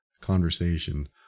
conversation